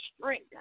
strength